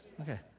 Okay